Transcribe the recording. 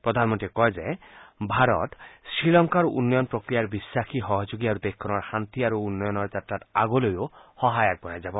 প্ৰধানমন্ত্ৰীয়ে কয় যে ভাৰত শ্ৰীলংকাৰ উন্নয়ন প্ৰক্ৰিয়াৰ বিশ্বাসী সহযোগী আৰু দেশখনৰ শান্তি আৰু উন্নয়নৰ যাত্ৰাত আগলৈও সহায় আগবঢ়াই যাব